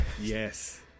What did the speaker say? yes